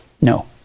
No